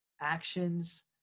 actions